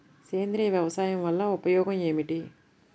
సేంద్రీయ వ్యవసాయం వల్ల ఉపయోగం ఏమిటి?